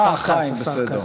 אה, חיים, בסדר.